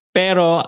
pero